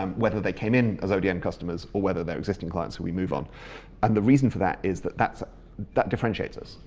um whether they came in as odm customers or whether they're existing clients who we move on and the reason for that is that, that that differentiates us.